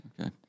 Okay